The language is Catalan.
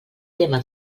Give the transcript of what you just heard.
tema